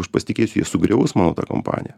aš pasitikėsiu jie sugriaus mano tą kompaniją